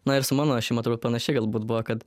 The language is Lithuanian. na ir su mano šeima turbūt panašiai galbūt buvo kad